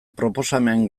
proposamen